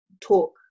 talk